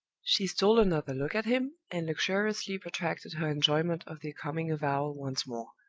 she stole another look at him, and luxuriously protracted her enjoyment of the coming avowal once more.